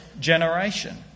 generation